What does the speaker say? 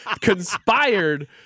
conspired